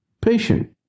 Patient